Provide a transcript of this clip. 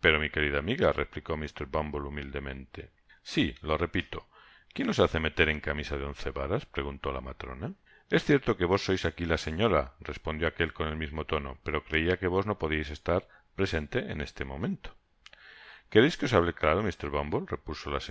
pero mi querida amiga replicó mr bumble humildemente si lo repito quién os hace meter en camisa de once varas preguntó la matrona es cierto que vos sois aqui la señora respondió aquel con el mismo tono pero creia que vos no podiais estar presente en este momento quereis que os hable claro mr bumble repuso la